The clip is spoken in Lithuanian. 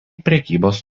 prekybos